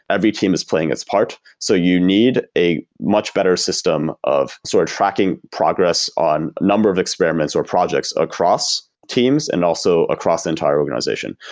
every team is playing its part, so you need a much better system of sort of tracking progress on number of experiments, or projects across teams and also across the entire organization.